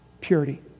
purity